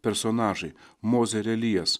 personažai mozė ir elijas